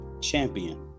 Champion